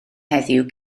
heddiw